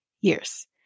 years